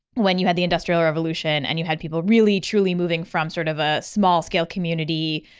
when you had the industrial revolution and you had people really truly moving from sort of a small scale community,